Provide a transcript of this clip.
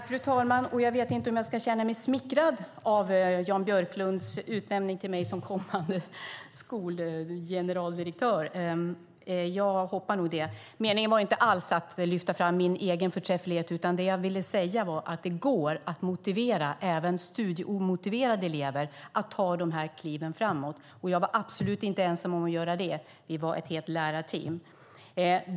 Fru talman! Jag vet inte om jag ska känna mig smickrad av Jan Björklunds utnämning av mig som kommande skolgeneraldirektör. Jag hoppar nog över det. Meningen var inte alls att lyfta fram min egen förträfflighet, utan det jag ville säga var att det går att motivera även studieomotiverade elever att ta de här kliven framåt. Jag var absolut inte ensam om att göra det. Vi var ett helt lärarteam.